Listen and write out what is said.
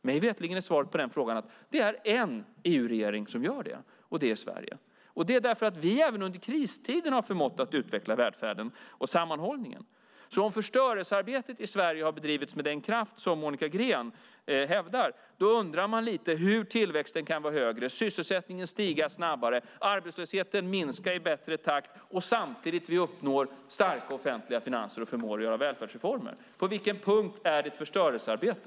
Mig veterligen är svaret på den frågan att det är en EU-regering som gör det, och det är Sveriges. Det sker för att vi även under kristiden har förmått att utveckla välfärden och sammanhållningen. Om förstörelsearbetet i Sverige har bedrivits med den kraft som Monica Green hävdar undrar man lite hur tillväxten kan vara högre, hur sysselsättningen kan stiga snabbare och hur arbetslösheten kan minska i bättre takt samtidigt som vi uppnår starka offentliga finanser och förmår att göra välfärdsreformer. På vilken punkt är det ett förstörelsearbete?